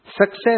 Success